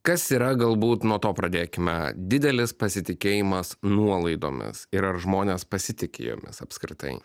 kas yra galbūt nuo to pradėkime didelis pasitikėjimas nuolaidomis ir ar žmonės pasitiki jomis apskritai